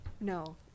no